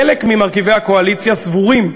חלק ממרכיבי הקואליציה סבורים,